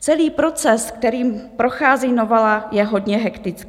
Celý proces, kterým prochází novela, je hodně hektický.